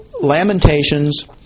Lamentations